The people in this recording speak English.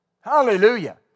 Hallelujah